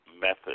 method